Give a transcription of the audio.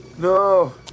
No